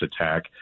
attack